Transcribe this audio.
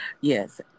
Yes